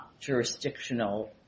jurisdictional